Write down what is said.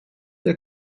der